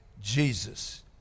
Jesus